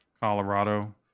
colorado